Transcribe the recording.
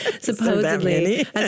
supposedly